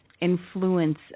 influence